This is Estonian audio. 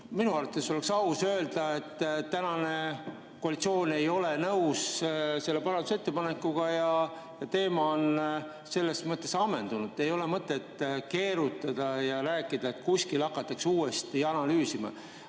Minu arvates oleks aus öelda, et tänane koalitsioon ei ole nõus selle parandusettepanekuga ja teema on selles mõttes ammendunud. Ei ole mõtet keerutada ja rääkida, et kuskil hakatakse uuesti analüüsima.